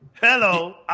Hello